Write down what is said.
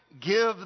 give